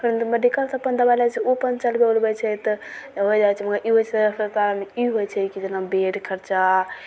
मेडिकलसँ अपन दबाइ लै जाइ छै ओ अपन चलबय उलबय छै तऽ ओकरा इएह छै मगर ई ओइसँ अस्पताल ई होइ छै कि जेना बेड खर्चा